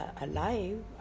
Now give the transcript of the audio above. alive